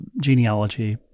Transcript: genealogy